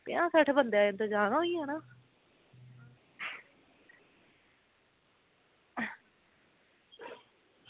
पंजाह् सट्ठ बंदे दा इंतजाम होई जाना